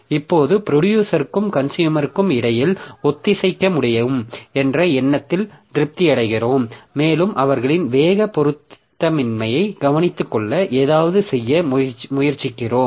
இப்போது ப்ரொடியூசருக்கும் கன்சுயூமருக்கும் இடையில் ஒத்திசைக்க முடியும் என்ற எண்ணத்தில் திருப்தி அடைகிறோம் மேலும் அவர்களின் வேக பொருத்தமின்மையைக் கவனித்துக்கொள்ள ஏதாவது செய்ய முயற்சிக்கிறோம்